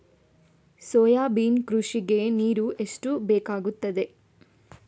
Soybean ಕೃಷಿಗೆ ನೀರು ಎಷ್ಟು ಬೇಕಾಗುತ್ತದೆ?